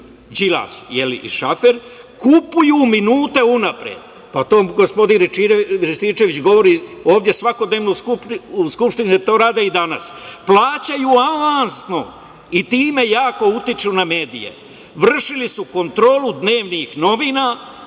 Đilas i Šafer, kupuju minute unapred, to gospodin Rističević govori ovde svakodnevno u Skupštini, to rade i danas, plaćaju avansno i time jako utiču na medije, vršili su kontrolu dnevnih novina